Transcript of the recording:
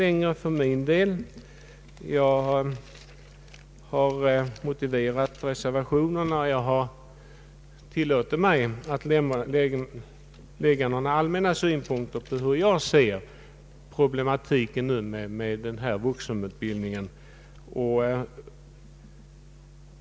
Jag har motiverat varför jag inte kan acceptera reservationerna, och jag har tillåtit mig att lägga några allmänna synpunkter på problematiken i samband med vuxenutbildningen.